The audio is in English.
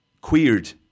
queered